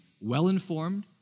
well-informed